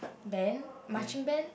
band marching band